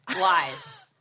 Lies